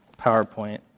PowerPoint